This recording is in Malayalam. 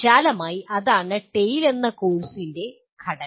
വിശാലമായി അതാണ് TALE എന്ന കോഴ്സിന്റെ ഘടന